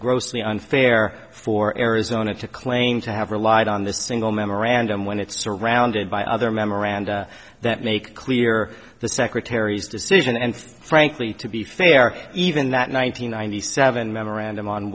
grossly unfair for arizona to claim to have relied on the single memorandum when it's surrounded by other memoranda that make clear the secretary's decision and frankly to be fair even that nine hundred ninety seven memorandum on